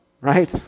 Right